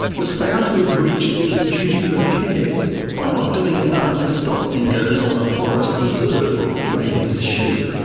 was found to have breached its duty of care by not doing enough to stop dingoes on a forest reserve raiding his sheep.